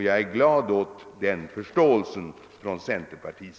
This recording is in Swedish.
Jag är glad över denna förståelse hos centerpartiet.